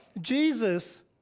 Jesus